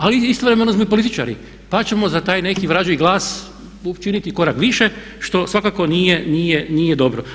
Ali istovremeno smo i političari pa ćemo za taj neki vražji glas učiniti korak više što svakako nije dobro.